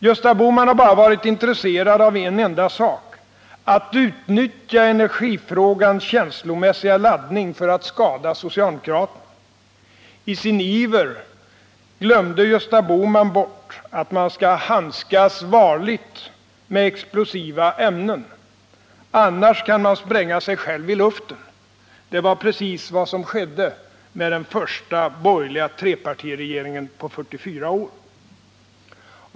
Gösta Bohman har bara varit intresserad av en enda sak: att utnyttja energifrågans känslomässiga laddning för att skada socialdemokraterna. I sin iver glömde Gösta Bohman bort att man skall handskas varligt med explosiva ämnen. Annars kan man spränga sig själv i luften. Det var precis vad som skedde med den första borgerliga trepartiregeringen på 44 år.